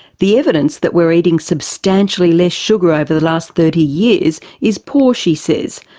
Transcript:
the evidence that we're eating substantially less sugar over the last thirty years is poor she says,